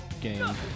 game